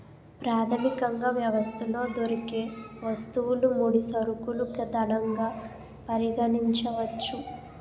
ప్రాథమికంగా వ్యవస్థలో దొరికే వస్తువులు ముడి సరుకులు ధనంగా పరిగణించవచ్చు